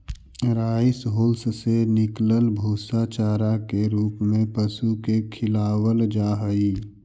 rice hulls से निकलल भूसा चारा के रूप में पशु के खिलावल जा हई